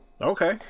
Okay